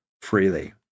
freely